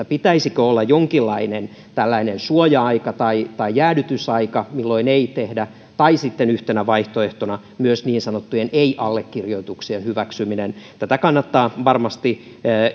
pitäisikö olla jonkinlainen suoja aika tai tai jäädytysaika milloin ei tehdä tai sitten yhtenä vaihtoehtona myös niin sanottujen ei allekirjoituksien hyväksyminen tätä kannattaa varmasti